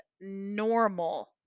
normal